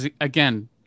Again